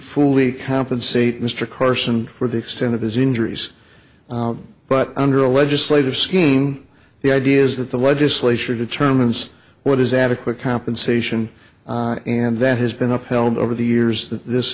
fully compensate mr carson for the extent of his injuries but under a legislative scheme the idea is that the legislature determines what is adequate compensation and that has been upheld over the years th